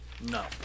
No